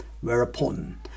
whereupon